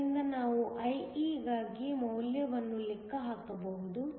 ಆದ್ದರಿಂದ ನಾವು IE ಗಾಗಿ ಮೌಲ್ಯವನ್ನು ಲೆಕ್ಕ ಹಾಕಬಹುದು